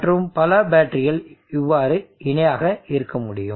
மற்றும் பல பேட்டரிகள் இவ்வாறு இணையாக இருக்க முடியும்